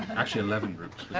actually, eleven groups.